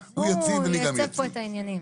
הוא יציב, הוא מייצב פה את העניין.